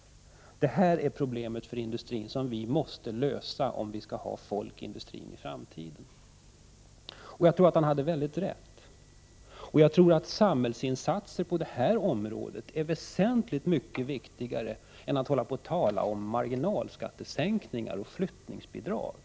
Det här är det problem för industrin som vi måste lösa för att få folk i framtiden.” Jag tror att han hade rätt och att samhällets insatser på detta område är betydligt viktigare än marginalskattesänkningar och flyttningsbidrag.